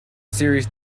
series